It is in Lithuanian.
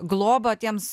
globą tiems